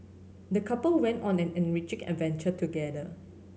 the couple went on an enriching adventure together